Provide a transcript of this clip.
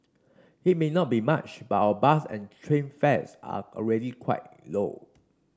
it may not be much but our bus and train fares are already quite low